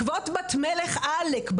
כבוד בת מלך עלק,